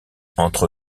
entre